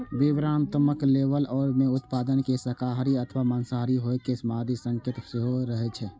विवरणात्मक लेबल मे उत्पाद के शाकाहारी अथवा मांसाहारी होइ के मादे संकेत सेहो रहै छै